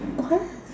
what